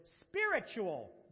spiritual